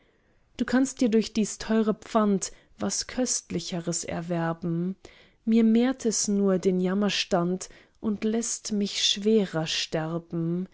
du kannst dir durch dies teure pfand was köstlichers erwerben mir mehrt es nur den jammerstand und läßt mich schwerer sterben